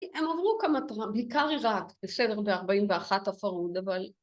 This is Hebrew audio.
‫הם עברו כמה פרעות, בעיקר עיראק, ‫בסדר, בארבעים ואחת הפרהוד, אבל...